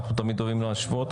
אנחנו תמיד אוהבים להשוות.